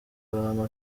abantu